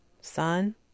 Son